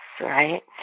right